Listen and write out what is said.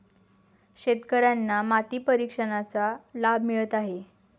शेतकर्यांना माती परीक्षणाचा लाभ मिळत आहे